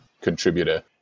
contributor